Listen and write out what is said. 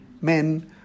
men